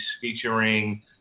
featuring